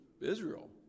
Israel